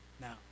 Now